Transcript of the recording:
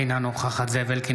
אינה נוכחת זאב אלקין,